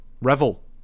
Revel